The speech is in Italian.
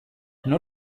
non